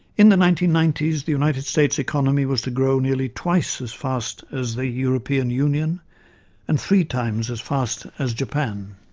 in the nineteen ninety s, the united states economy was to grow nearly twice as fast as the european union and three times as fast as japan.